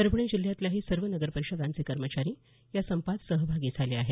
परभणी जिल्ह्यातल्याही सर्व नगर परीषदांचे कर्मचारी या संपात सहभागी झाले आहेत